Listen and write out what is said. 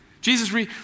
Jesus